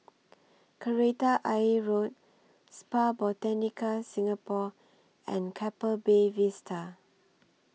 Kreta Ayer Road Spa Botanica Singapore and Keppel Bay Vista